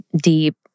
deep